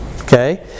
Okay